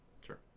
sure